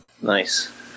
Nice